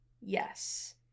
Yes